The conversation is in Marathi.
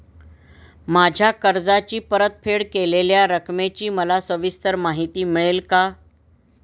माझ्या कर्जाची परतफेड केलेल्या रकमेची मला सविस्तर माहिती मिळेल का?